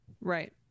Right